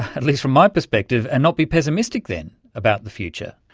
at least from my perspective, and not be pessimistic then about the future.